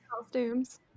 Costumes